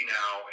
now